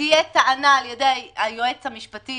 תהיה טענה על ידי היועץ המשפטי